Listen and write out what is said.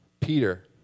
Peter